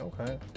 Okay